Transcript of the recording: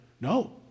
No